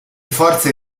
forze